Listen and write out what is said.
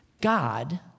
God